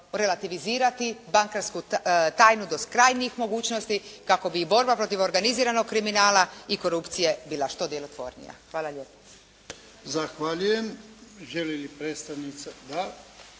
relativizirati bankarsku tajnu do krajnjih mogućnosti kako bi i borba protiv organiziranog kriminala i korupcije bila što djelotvornija. Hvala lijepo.